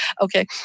Okay